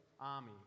army